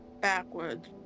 backwards